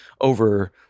over